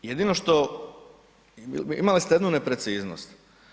Jedino što, imali ste jednu nepreciznost.